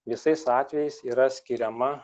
visais atvejais yra skiriama